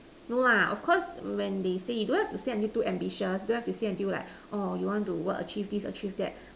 no lah of course when they say you don't have to say until too ambitious don't have to say until like orh you want to what achieve this achieve that